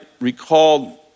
recalled